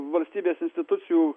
valstybės institucijų